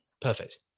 perfect